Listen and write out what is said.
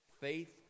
faith